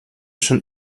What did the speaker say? schon